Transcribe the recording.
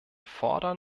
fordern